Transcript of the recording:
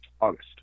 august